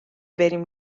بریم